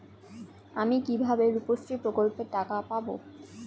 আমি কিভাবে রুপশ্রী প্রকল্পের টাকা পাবো?